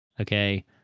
Okay